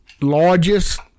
largest